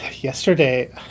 Yesterday